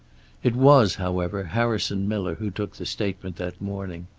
it was, however, harrison miller who took the statement that morning.